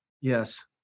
Yes